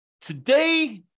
Today